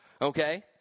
Okay